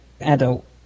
adult